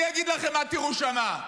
אני אגיד לכם מה תראו שם: